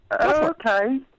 Okay